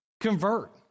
convert